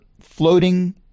floating